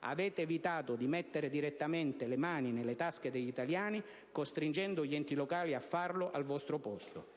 Avete evitato di mettere direttamente le mani nelle tasche degli italiani, costringendo gli enti locali a farlo al vostro posto.